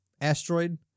asteroid